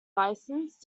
licence